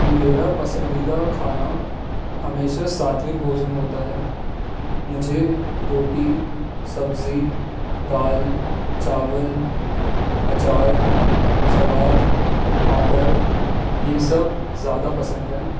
मेरा पसंदीदा खाना हमेशा सात्विक भोजन होता है मुझे रोटी सब्ज़ी दाल चावल अचार सलाद पापड़ यह सब ज़्यादा पसंद हैं